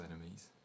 enemies